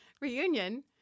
reunion